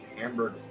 Hamburg